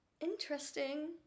Interesting